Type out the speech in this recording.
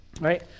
Right